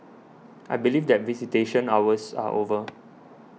I believe that visitation hours are over